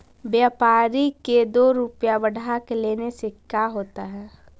व्यापारिक के दो रूपया बढ़ा के लेने से का होता है?